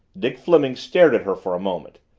dick fleming stared at her for a moment.